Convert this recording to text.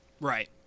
Right